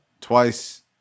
twice